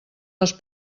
les